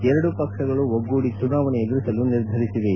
ಎರಡೂ ಪಕ್ಷಗಳು ಒಗ್ಗೂಡಿ ಚುನಾವಣೆ ಎದುರಿಸಲು ನಿರ್ಧರಿಸಿವೆ